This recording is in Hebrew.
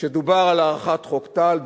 כשדובר על הארכת חוק טל,